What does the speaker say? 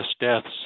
deaths